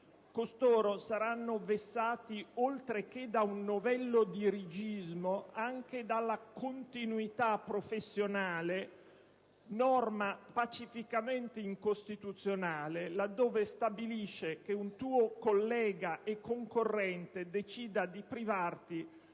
Costoro saranno vessati oltre che da un novello dirigismo anche dalla "continuità professionale", norma pacificamente incostituzionale, laddove stabilisce che un tuo collega e concorrente decida di privarti